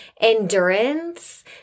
endurance